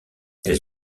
elles